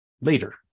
later